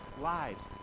lives